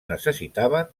necessitaven